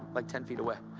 like ten feet away.